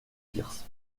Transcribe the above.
pierce